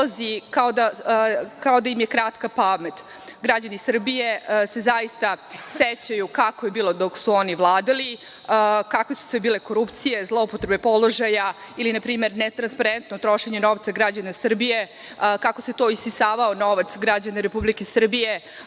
kao da im je kratka pamet. Građani Srbije se zaista sećaju kako je bilo dok su oni vladali, kakve su sve bile korupcije, zloupotrebe položaja ili netransparentno trošenje novca građana Srbije, kako se to isisavao novac građana Republike Srbije